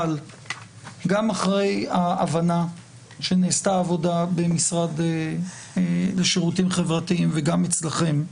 אבל גם אחרי ההבנה שנעשתה עבודה במשרד לשירותים חברתיים וגם אצלכם,